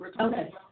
Okay